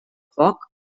foc